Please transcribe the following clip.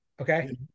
Okay